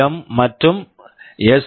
M PWM மற்றும் S